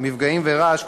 מפגעים ורעש,